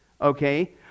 okay